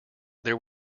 there